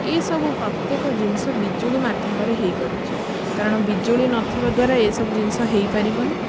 ଏଇସବୁ ପ୍ରତ୍ୟେକ ଜିନିଷ ବିଜୁଳି ମାଧ୍ୟମରେ ହେଇପାରୁଛି କାରଣ ବିଜୁଳି ନଥିବା ଦ୍ଵାରା ଏ ସବୁ ଜିନିଷ ହେଇପାରିବନି